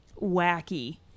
wacky